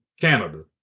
Canada